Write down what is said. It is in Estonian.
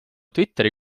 twitteri